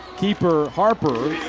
keeper, harper.